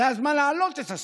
זה הזמן להעלות את השכר,